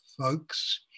folks